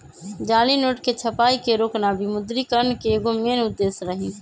जाली नोट के छपाई के रोकना विमुद्रिकरण के एगो मेन उद्देश्य रही